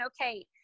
okay